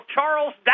Charles